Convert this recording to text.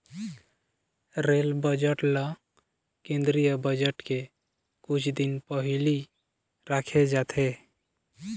rail budget ल केंद्रीय budget के कुछ दिन पहिली राखे जाथे